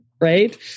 right